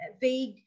vague